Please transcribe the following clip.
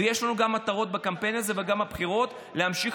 ויש לנו מטרה בקמפיין הזה וגם בבחירות להמשיך